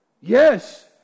Yes